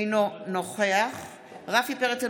אינו נוכח רפי פרץ,